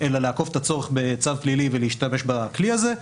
אלא לעקוף את הצורך בצו פלילי ולהשתמש בכלי הזה.